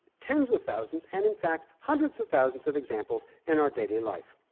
tens of thousands, and in fact hundreds of thousands of examples in our daily life.